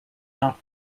not